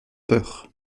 peur